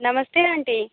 नमस्ते आंटी